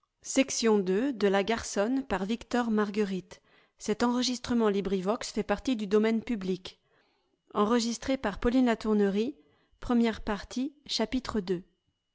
de la matière